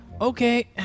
Okay